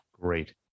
Great